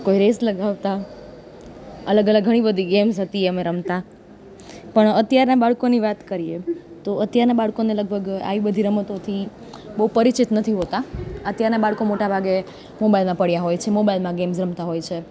કોઈ રેસ લગાવતાં અલગ અલગ ઘણી બધી ગેમ્સ હતી એ અમે રમતાં પણ અત્યારનાં બાળકોની વાત કરીએ તો અત્યારનાં બાળકોને લગભગ આવી બધી રમતોથી બહું પરિચિત નથી હોતાં અત્યારનાં બાળકો મોટા ભાગે મોબાઇલમાં પડ્યાં હોય છે મોબાઇલમાં ગેમ્ઝ રમતાં હોય છે